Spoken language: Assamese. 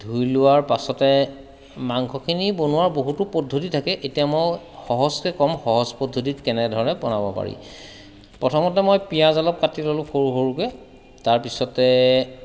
ধুই লোৱাৰ পাছতে মাংসখিনি বনোৱাৰ বহুতো পদ্ধতি থাকে এতিয়া মই সহজকৈ ক'ম সহজ পদ্ধতিত কেনেধৰণে বনাব পাৰি প্ৰথমতে মই পিঁয়াজ অলপ কাটি ল'লোঁ সৰু সৰুকৈ তাৰপিছতে